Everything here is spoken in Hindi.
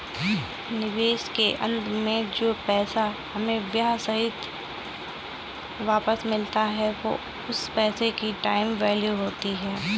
निवेश के अंत में जो पैसा हमें ब्याह सहित वापस मिलता है वो उस पैसे की टाइम वैल्यू होती है